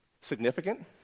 Significant